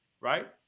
right